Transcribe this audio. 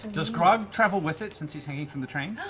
does grog travel with it, since he's hanging from the chain?